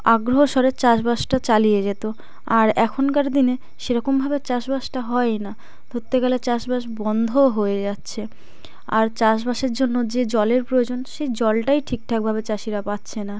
আগ্রহ স্বরে চাষবাসটা চালিয়ে যেত আর এখনকার দিনে সেরকমভাবে চাষবাসটা হয়ই না ধরতে গেলে চাষবাস বন্ধও হয়ে যাচ্ছে আর চাষবাসের জন্য যে জলের প্রয়োজন সে জলটাই ঠিকঠাকভাবে চাষিরা পাচ্ছে না